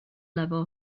level